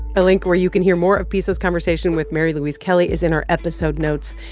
a link where you can hear more of pisso's conversation with mary louise kelly is in our episode notes.